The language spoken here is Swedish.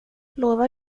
lovar